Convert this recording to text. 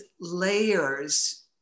layers